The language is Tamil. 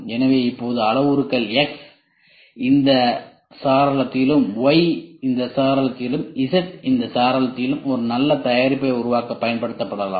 எனவே இப்போது அளவுருக்கள் X இந்த சாளரத்திலும் Y இந்த சாளரத்திலும் Z இந்த சாளரத்திலும் ஒரு நல்ல தயாரிப்பை உருவாக்க பயன்படுத்தப்படலாம்